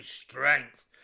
strength